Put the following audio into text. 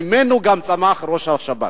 שממנו גם צמח ראש השב"כ.